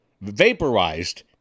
vaporized